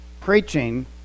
preaching